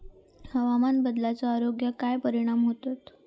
हवामान बदलाचो आरोग्याक काय परिणाम होतत?